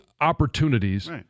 opportunities